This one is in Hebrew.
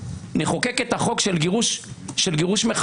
ליד דגלי אש"ף.